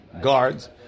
guards